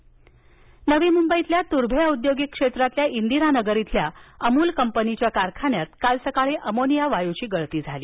तर्भे वाय गळती नवी मंबई नवी मुंबईतल्या तुर्मे औद्योगिक क्षेत्रातील इंदिरानगर इथल्या अमुल कंपनीच्या कारखान्यात काल सकाळी अमोनिया वायू गळती झाली